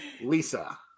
Lisa